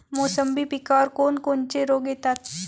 मोसंबी पिकावर कोन कोनचे रोग येतात?